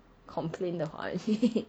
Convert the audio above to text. complain 的华语